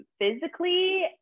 physically